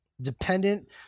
dependent